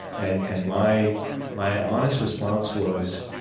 and and my my honest response was,